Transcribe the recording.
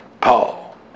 Paul